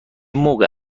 موقع